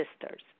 sisters